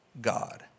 God